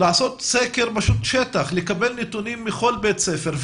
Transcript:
לעשות סקר בשטח ולקבל נתונים מכל בית ספר?